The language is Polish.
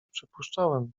przypuszczałem